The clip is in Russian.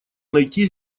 найти